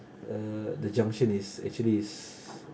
uh the junction is actually is